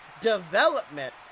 development